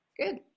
Good